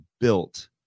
built